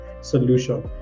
solution